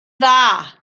dda